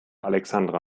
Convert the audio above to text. alexandra